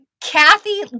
Kathy